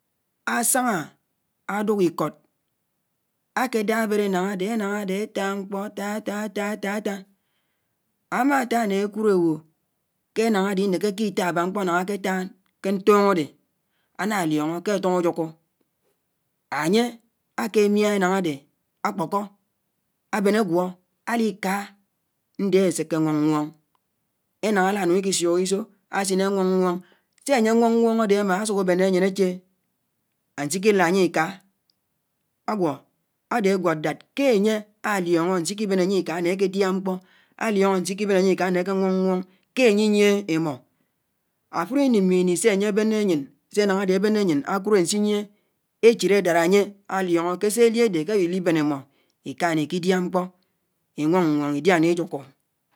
Ásáñá ádùk íkòd ákédá ábéd énáñ ádé énáñ ádé áfá mkpó átá, átá, átá, átá, átá, ámátá nẽ ékùd éwò ké énáñ ádé ínékéké itá ábá mkpò náñà ákétá ké ntùñó ádé, ánálióñó kétùñó ájùkù, ányé áké miá énáñ ádé. á kpókó ábén ágwó álíká ñdé eséké éñwóñ ñwón, énáñ álánùñ ikísùk ísò ásìn áñwóñ, ñwóñ, sé ányé wóñ ádé ámá ásùk ábéné ányén áché ánsíkílád ányé íká, ágwò ádé ágwód dát ké ányé á lióñó ánsíkí bén ányé íká né ákédiá mkpó, à lióñó ánsíkí bén ányé iká ná áké wóñ ñwóñ ké ányé íyié émó, áfùró íní mí ìnì sé ányé ányén, sé énáñ ádé ábéné ányén ákùd ánsíyie, échid ádád ányé á lióñó ké sélí ádé ké wílí bén émó íká né íkíchá mkpó íwóñ ídiá né íjùkù.